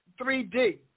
3D